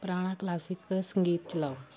ਪੁਰਾਣਾ ਕਲਾਸਿਕ ਸੰਗੀਤ ਚਲਾਓ